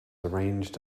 arranged